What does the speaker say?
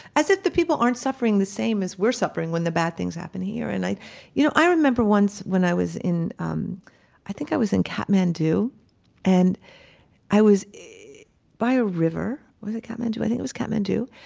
as if the people aren't suffering the same as we're suffering when the bad things happen here. and i you know i remember once when i was in um i think i was in kathmandu and i was by a river. was it kathmandu? i think it was kathmandu.